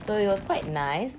so it was quite nice